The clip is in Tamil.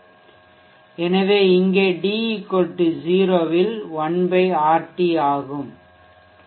எனவே இங்கே d 0 இல் 1 RT ஆகும்